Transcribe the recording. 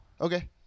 Okay